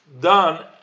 done